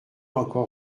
encore